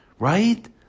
right